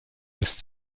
ist